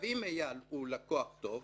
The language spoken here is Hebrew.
אם אייל הוא לקוח טוב,